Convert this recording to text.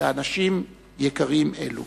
לאנשים יקרים אלו.